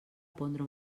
pondre